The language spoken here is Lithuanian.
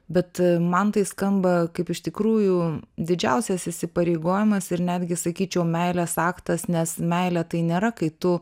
bet man tai skamba kaip iš tikrųjų didžiausias įsipareigojimas ir netgi sakyčiau meilės aktas nes meilė tai nėra kai tu